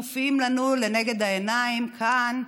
מופיעים לנו לנגד העיניים כאן,